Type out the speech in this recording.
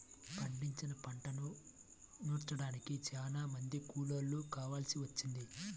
పండించిన పంటను నూర్చడానికి చానా మంది కూలోళ్ళు కావాల్సి వచ్చేది